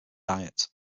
diet